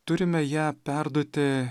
turime ją perduoti